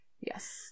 Yes